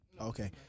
Okay